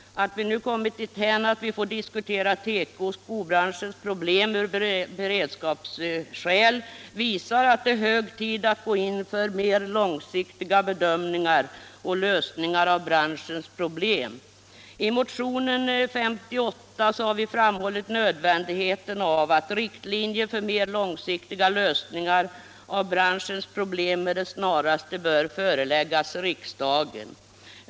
Att vi nu kommit dithän att vi får diskutera teko och skobranschens problem ur beredskapssynpunkt visar att det är hög tid att gå in för mer långsiktiga bedömningar och lösningar av branschens problem. I motionen 58 har vi framhållit nödvändigheten av att riktlinjer för mer långsiktiga lösningar av branschens problem med det snaraste föreläggs riksdagen.